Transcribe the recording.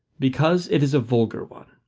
because it is a vulgar one.